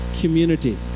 community